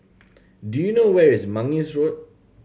do you know where is Mangis Road